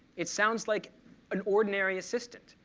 it sounds like an ordinary assistant.